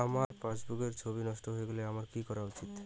আমার পাসবুকের ছবি নষ্ট হয়ে গেলে আমার কী করা উচিৎ?